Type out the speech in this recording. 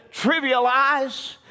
trivialize